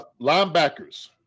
Linebackers